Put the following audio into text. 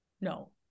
no